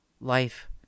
Life